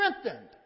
strengthened